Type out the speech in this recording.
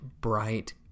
bright